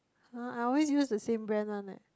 !huh! I always use the same brand one leh